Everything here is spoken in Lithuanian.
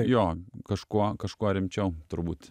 jo kažkuo kažkuo rimčiau turbūt